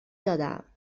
دادم